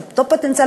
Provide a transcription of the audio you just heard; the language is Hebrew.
אותו פוטנציאל,